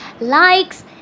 likes